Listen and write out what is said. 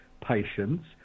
patients